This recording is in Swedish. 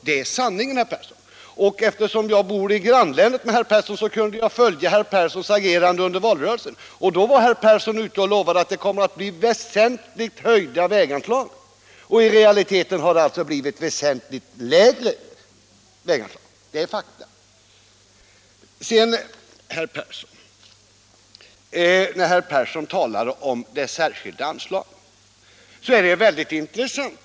Det är sanningen, herr Persson. Eftersom jag bor i herr Perssons grannlän, kunde jag följa herr Perssons agerande under valrörelsen. Då lovade herr Persson väsentligt höjda väganslag. I realiteten har det alltså blivit väsentligt lägre väganslag. När herr Persson talar om det särskilda anslaget, är det väldigt intressant.